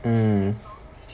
mm